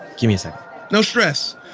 give me a sec no stress.